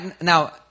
now